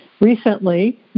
recently